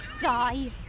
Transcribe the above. die